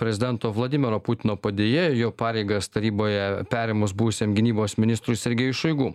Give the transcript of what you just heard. prezidento vladimiro putino padėjėju jo pareigas taryboje perėmus buvusiam gynybos ministrui sergejui šoigu